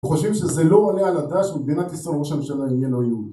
חושבים שזה לא עולה על הדעת שבמדינת ישראל ראש הממשלה יהיה לא יהודי